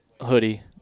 hoodie